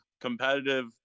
competitive